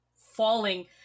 falling